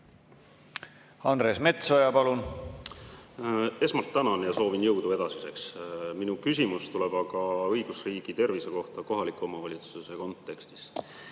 Andres Metsoja, palun! Esmalt tänan ja soovin jõudu edasiseks. Minu küsimus tuleb aga õigusriigi tervise kohta kohaliku omavalitsuse kontekstis.